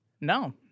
no